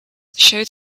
show